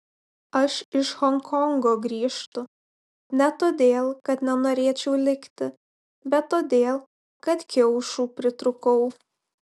aš iš honkongo grįžtu ne todėl kad nenorėčiau likti bet todėl kad kiaušų pritrūkau